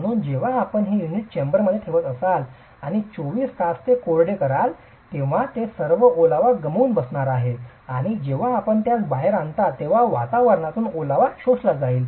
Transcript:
म्हणून जेव्हा आपण हे युनिट चेंबरमध्ये ठेवत असाल आणि 24 तास ते कोरडे कराल तेव्हा ते सर्व ओलावा गमावून बसणार आहे आणि जेव्हा आपण त्यास बाहेर आणता तेव्हा वातावरणातून ओलावा शोषला जाईल